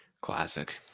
classic